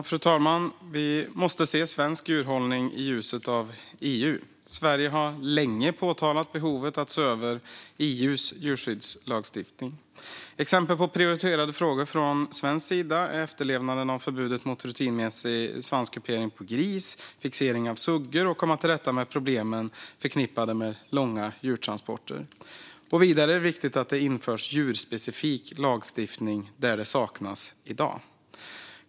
Fru talman! Vi måste se svensk djurhållning i ljuset av EU. Sverige har länge påpekat behovet av att se över EU:s djurskyddslagstiftning. Exempel på prioriterade frågor från svensk sida är efterlevnaden av förbudet mot rutinmässig svanskupering på gris, fixering av suggor och att komma till rätta med problemen förknippade med långa djurtransporter. Vidare är det viktigt att det införs djurspecifik lagstiftning där det saknas i dag.